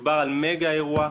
מדובר על מגה אירוע.